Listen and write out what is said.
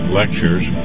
lectures